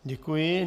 Děkuji.